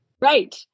Right